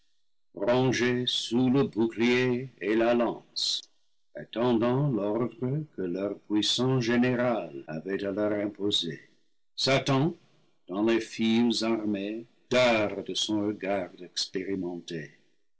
et la lance attendant l'ordre que leur puissant général avait à leur imposer satan dans les files armées darde son regard expérimenté